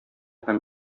һәм